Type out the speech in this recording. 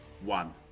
one